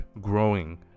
growing